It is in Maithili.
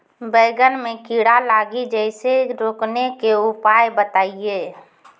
बैंगन मे कीड़ा लागि जैसे रोकने के उपाय बताइए?